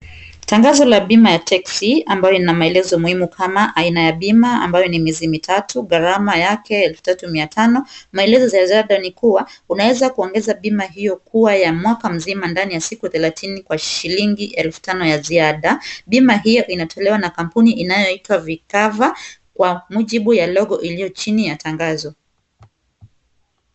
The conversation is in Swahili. Tangazo la bima ya teksi ambayo ina maelezo muhimu kama aina ya bima ambayo ni ya miezi mitatu, gharama yake, elfu tatu mia tano, maelezo za ziada ni kuwa unaweza kuongeza bima hiyo kuwa ya mwaka mzima ndani ya siku thelathini kwa shilingi elfu tano ya ziada. Bima hiyo inatolewa na kampuni inayoitwa V cover kwa mujibu ya logo iliyo chini ya tangazo.